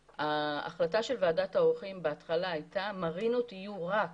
ההחלטה של ועדת העורכים בהתחלה הייתה מרינות יהיו רק